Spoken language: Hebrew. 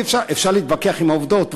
אפשר להתווכח עם העובדות,